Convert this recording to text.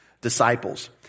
disciples